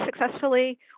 successfully